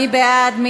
מי בעד?